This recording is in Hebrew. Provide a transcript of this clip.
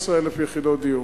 15,000 יחידות דיור.